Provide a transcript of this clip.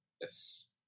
Yes